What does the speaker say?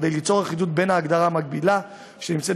כדי ליצור אחידות בין ההגדרה המקבילה שנמצאת